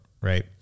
right